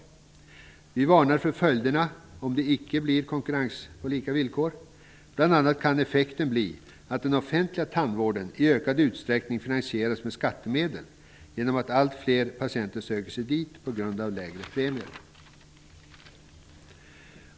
Vi varnar för följderna om det icke blir konkurrens på lika villkor. Bl.a. kan effekten bli att den offentliga tandvården i ökad utsträckning finansieras med skattemedel genom att allt fler patienter söker sig dit på grund av lägre premier.